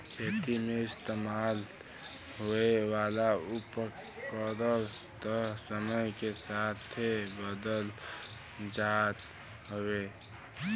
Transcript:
खेती मे इस्तेमाल होए वाला उपकरण त समय के साथे बदलत जात हउवे